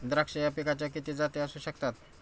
द्राक्ष या पिकाच्या किती जाती असू शकतात?